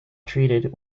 treated